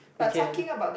we can